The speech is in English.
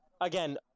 again